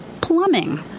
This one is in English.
plumbing